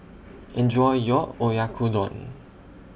Enjoy your Oyakodon